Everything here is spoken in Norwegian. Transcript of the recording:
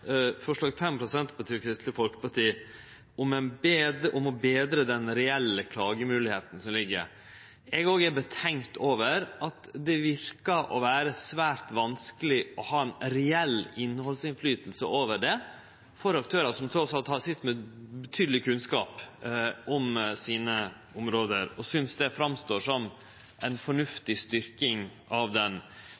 forslag nr. 5, frå Senterpartiet og Kristeleg Folkeparti, om å betre den reelle klagemoglegheita som ligg her. Eg òg er betenkt over at det ser ut til å vere svært vanskeleg å ha ein reell innhaldsinnflytelse over dette for aktørar som trass i alt sit med betydeleg kunnskap om sine område, og eg synest det står fram som